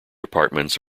apartments